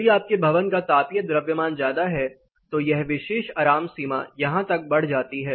यदि आपके भवन का तापीय द्रव्यमान ज्यादा है तो यह विशेष आराम सीमा यहाँ तक बढ़ जाती है